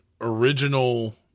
original